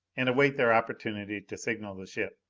and await their opportunity to signal the ship.